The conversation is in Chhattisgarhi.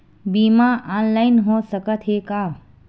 बीमा ऑनलाइन हो सकत हे का?